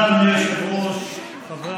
חברת